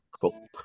Cool